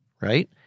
right